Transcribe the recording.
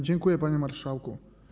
Dziękuję, panie marszałku.